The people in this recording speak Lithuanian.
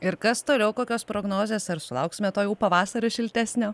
ir kas toliau kokios prognozės ar sulauksime to jau pavasario šiltesnio